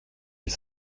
les